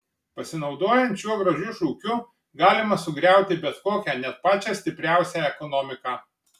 pasinaudojant šiuo gražiu šūkiu galima sugriauti bet kokią net pačią stipriausią ekonomiką